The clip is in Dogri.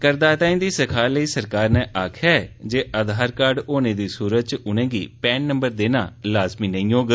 करदातायें दी सखाल लेई सरकार नै आक्खेया ऐ जे आधार कार्ड होनें दी सूरत च उनेंगी पैन नंबर देना लाजमी नेंई होग